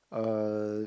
uh